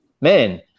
man